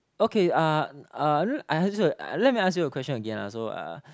okay uh uh I ask you let me ask you a question again ah so uh